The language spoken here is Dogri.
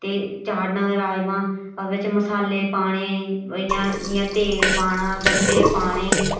ते चाढ़ना राजमांह् ओह्दे बिच्च मसाले पाने इ'यां इ'यां तेल पाना गंढे पाने